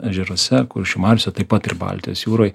ežeruose kuršių mariose taip pat ir baltijos jūroj